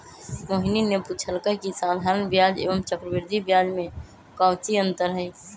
मोहिनी ने पूछल कई की साधारण ब्याज एवं चक्रवृद्धि ब्याज में काऊची अंतर हई?